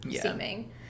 seeming